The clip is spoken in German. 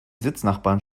sitznachbarn